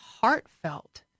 heartfelt